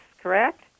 correct